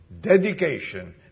dedication